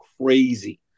crazy